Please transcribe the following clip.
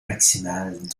maximale